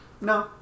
no